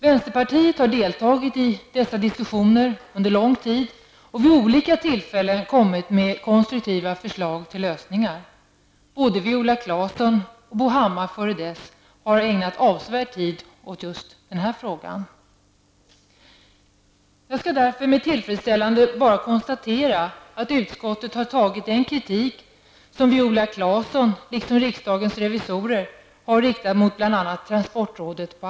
Vänsterpartiet har under lång tid deltagit i dessa diskussioner och vid olika tillfällen kommit med konstruktiva förslag till lösningar. Både Viola Claesson och före henne Bo Hammar har ägnat avsevärd tid åt just den här frågan. Jag skall därför med tillfredsställelse bara konstatera att utskottet har tagit den kritik på allvar som Viola Claesson, liksom riksdagens revisorer, har riktat mot bl.a. transportrådet.